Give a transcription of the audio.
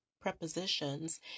prepositions